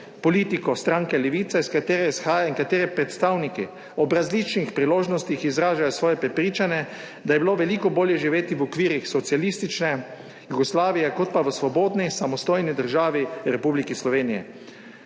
politiko stranke Levica, iz katere izhaja in katere predstavniki ob različnih priložnostih izražajo svoje prepričanje, da je bilo veliko bolje živeti v okvirih socialistične Jugoslavije kot pa v svobodni samostojni državi Republiki Sloveniji.